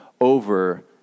over